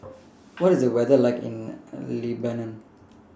What IS The weather like in Lebanon